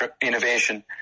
innovation